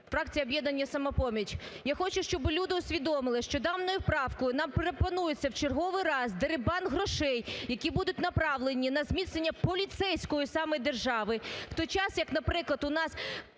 фракція "Об'єднання "Самопоміч". Я хочу, щоби люди усвідомили, що даною правкою нам пропонується в черговий раз дерибан грошей, які будуть направлені на зміцнення поліцейської саме держави,